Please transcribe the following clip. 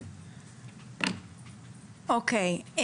או.קיי.